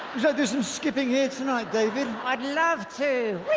so there's some skipping here tonight david, i'd love to